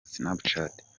snapchat